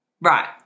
Right